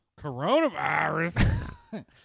Coronavirus